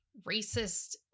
racist